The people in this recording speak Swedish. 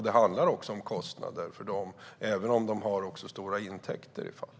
Det handlar också om kostnader för dessa länder, även om de har stora intäkter av turismen.